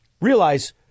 realize